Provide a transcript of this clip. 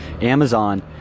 amazon